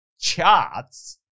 charts